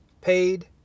paid